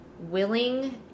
willing